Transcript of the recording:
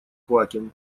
квакин